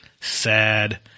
Sad